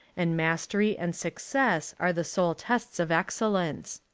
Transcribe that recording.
and mastery and success are the sole tests of excellence.